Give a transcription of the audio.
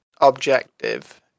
objective